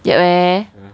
jap eh